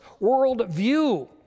worldview